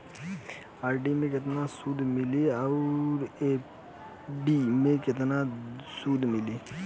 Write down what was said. RD मे केतना सूद मिली आउर एफ.डी मे केतना सूद मिली?